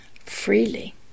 freely